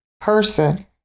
person